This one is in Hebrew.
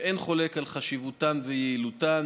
שאין חולק על חשיבותן ויעילותן.